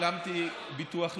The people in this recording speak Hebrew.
שילמתי ביטוח לאומי.